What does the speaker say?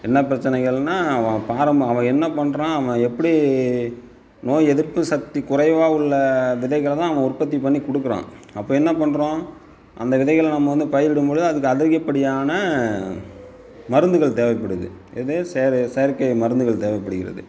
என்ன பிரச்சினைகள்னா பாரம் அவன் என்ன பண்ணுறான் அவன் எப்படி நோய் எதிர்ப்பு சக்தி குறைவாக உள்ள விதைகளை தான் அவன் உற்பத்தி பண்ணி கொடுக்கறான் அப்போ என்ன பண்ணுறோம் அந்த விதைகளை நாம் வந்து பயிரிடும்பொழுது அதுக்கு அதிகப்படியான மருந்துகள் தேவைப்படுது எது செயறு செயற்கை மருந்துகள் தேவைப்படுகிறது